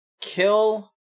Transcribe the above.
kill